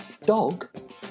dog